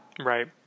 Right